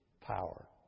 power